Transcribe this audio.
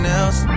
else